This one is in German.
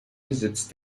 besitz